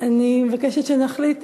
מבקשת שנחליט.